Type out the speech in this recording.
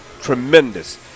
Tremendous